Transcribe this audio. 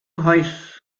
nghoes